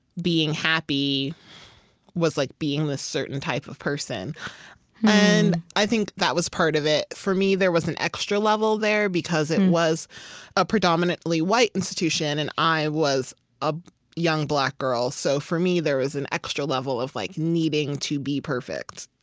being happy was like being this certain type of person and i think that was part of it for me, there was an extra level there, because it was a predominantly white institution, and i was a young black girl. so for me, there was an extra level of like needing to be perfect,